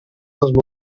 les